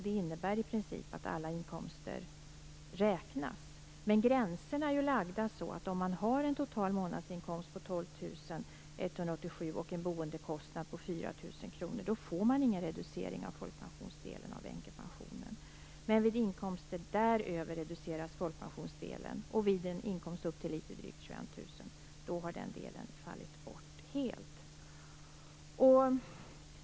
Det innebär i princip att alla inkomster räknas, men gränserna är lagda så att om man har en total månadsinkomst på 12 187 kr och en boendekostnad på 4 000 kr får man ingen reducering av folkpensionsdelen för änkepensionen. Men för inkomster däröver reduceras folkpensionsdelen. Vid en inkomst upp till drygt 21 000 kr har den delen fallit bort helt.